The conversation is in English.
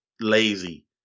lazy